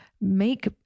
make